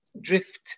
drift